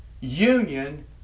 Union